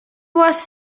was